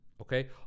okay